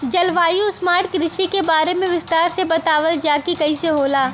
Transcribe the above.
जलवायु स्मार्ट कृषि के बारे में विस्तार से बतावल जाकि कइसे होला?